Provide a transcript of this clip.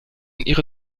ihre